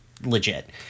legit